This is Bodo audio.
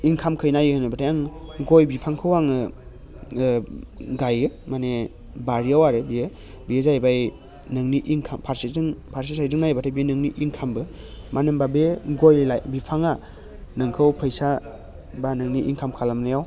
इन्खामखै नायो होनोबाथाय आं गय बिफांखौ आङो गायो माने बारियाव आरो बेयो बेयो जाहैबाय नोंनि इनखाम फारसेजों फारसे सायडजों नायोबाथाय बेयो नोंनि इनखामबो मानो होनबा बे गय बिफाङा नोंखौ फैसा बा नोंनि इनखाम खालामनायाव